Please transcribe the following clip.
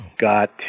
got